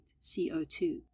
CO2